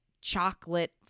chocolate